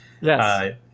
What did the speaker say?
yes